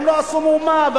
הם לא עשו מאומה.